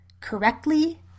correctly